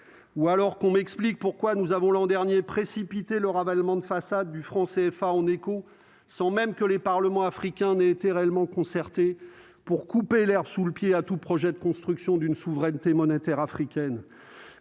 ou alors qu'on m'explique pourquoi nous avons l'an dernier, précipité le ravalement de façade du franc CFA en éco sont même que les parlements africains n'a été réellement concerter pour couper l'herbe sous le pied à tout projet de construction d'une souveraineté monétaire africaine